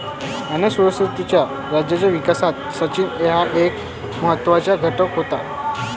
अनेक सुरुवातीच्या राज्यांच्या विकासात सिंचन हा एक महत्त्वाचा घटक होता